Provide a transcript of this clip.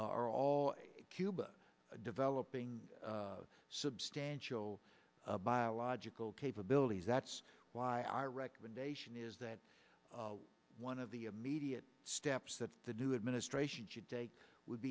are all cuba developing substantial biological capabilities that's why i recommendation is that one of the immediate steps that the new administration should take would